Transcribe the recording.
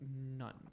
none